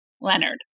Leonard